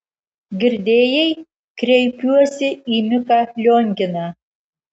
girdėjai kreipiuosi į miką lionginą